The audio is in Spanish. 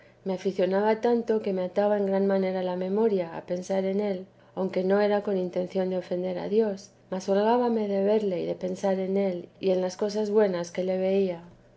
me aficionaba tanto q ue me ataba en gran manera la memoria a pensar en él aunque no era con intención de ofender a dios más holgábame de verle y de pensar en él y en las cosas buenas que le veía